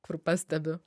kur pastebiu